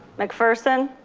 mcpherson.